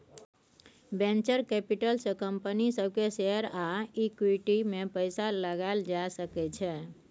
venture capital से company सब के शेयर आ इक्विटी में पैसा लगाएल जा सकय छइ